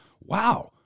wow